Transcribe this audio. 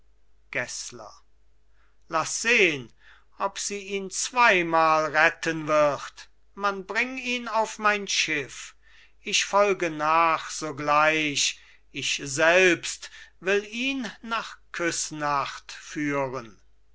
gessler lass sehn ob sie ihn zweimal retten wird man bring ihn auf mein schiff ich folge nach sogleich ich selbst will ihn nach küssnacht führen